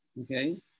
okay